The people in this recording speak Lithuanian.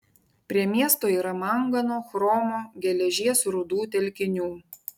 prie miesto yra mangano chromo geležies rūdų telkinių